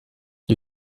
gli